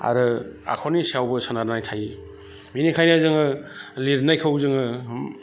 आरो आखरनि सायावबो सोनारनाय थायो बेनिखायनो जोङो लिरनायखौ जोङो